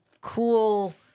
cool